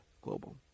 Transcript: Global